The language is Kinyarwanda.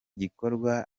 gikorwa